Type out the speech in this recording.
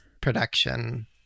production